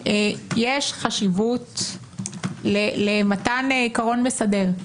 יש חשיבות למתן עיקרון מסדר.